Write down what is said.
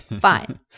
Fine